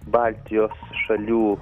baltijos šalių